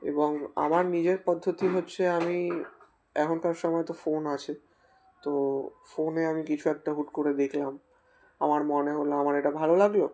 এবং আমার নিজের পদ্ধতি হচ্ছে আমি এখনকার সময় তো ফোন আছে তো ফোনে আমি কিছু একটা হুট করে দেখলাম আমার মনে হলো আমার এটা ভালো লাগল